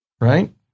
right